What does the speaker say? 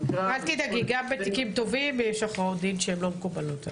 גם בתיקים טובים יש הכרעות דין שהן לא מקובלות.